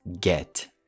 get